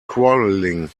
quarrelling